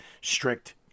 strict